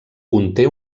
conté